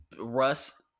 Russ